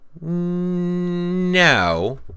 No